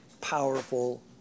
powerful